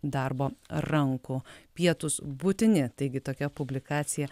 darbo rankų pietūs būtini taigi tokia publikacija